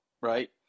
right